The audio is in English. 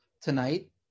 tonight